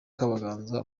kabaganza